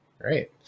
Great